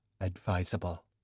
advisable